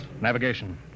Navigation